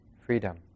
freedom